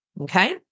okay